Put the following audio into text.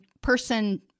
person